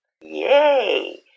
Yay